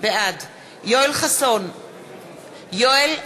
בעד יואל חסון יואל חסון,